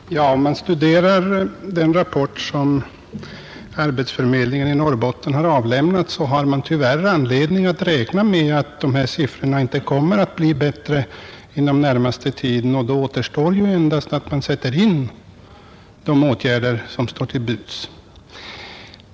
Herr talman! Om man studerar den rapport som arbetsförmedlingen i Norrbotten har avlämnat, så finner man tyvärr att det finns anledning att räkna med att de här siffrorna inte kommer att bli bättre inom den närmaste tiden, och då återstår jv endast att man sätter in de åtgärder som står till buds.